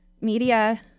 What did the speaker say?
media